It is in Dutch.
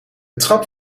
trap